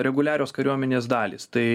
reguliarios kariuomenės dalys tai